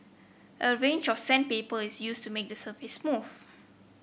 a range of sandpaper is used to make the surface smooth